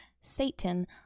Satan